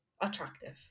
attractive